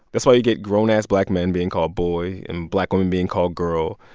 that's why you get grown ass black man being called boy and black women being called girl.